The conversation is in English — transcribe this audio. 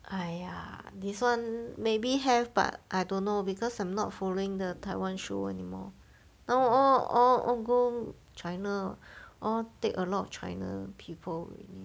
!aiya! this [one] maybe have but I don't know because I'm not following the taiwan show anymore now all all all go china all take a lot of china people already